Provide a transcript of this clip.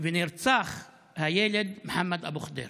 ונרצח הנער מוחמד אבו ח'דיר,